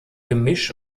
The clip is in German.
gemisch